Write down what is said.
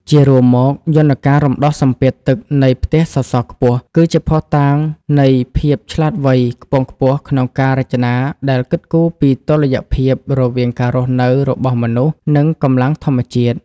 ជារួមមក យន្តការរំដោះសម្ពាធទឹកនៃផ្ទះសសរខ្ពស់ គឺជាភស្តុតាងនៃភាពឆ្លាតវៃខ្ពង់ខ្ពស់ក្នុងការរចនាដែលគិតគូរពីតុល្យភាពរវាងការរស់នៅរបស់មនុស្ស និងកម្លាំងធម្មជាតិ។